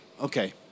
Okay